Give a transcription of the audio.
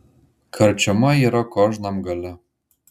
karčiama yra kožnam gale